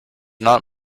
not